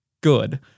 good